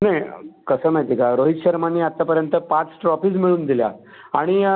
नाही कसं माहिती का रोहित शर्माने आत्तापर्यंत पाच ट्रॉफीज मिळवून दिल्या आणि